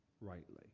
rightly